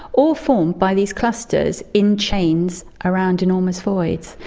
all formed by these clusters in chains around enormous voids.